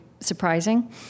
surprising